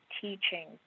teaching